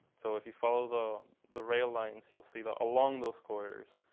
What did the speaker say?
so if you follow, the the rail lines, you'll see that, along those corridors,